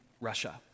Russia